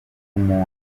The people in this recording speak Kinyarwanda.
umuntu